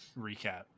recap